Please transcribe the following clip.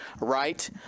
right